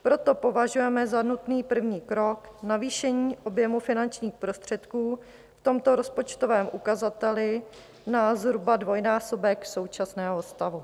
Proto považujeme za nutný první krok navýšení objemu finančních prostředků v tomto rozpočtovém ukazateli na zhruba dvojnásobek současného stavu.